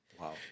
Wow